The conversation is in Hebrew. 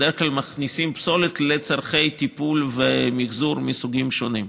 בדרך כלל מכניסים פסולת לצורכי טיפול ומחזור מסוגים שונים.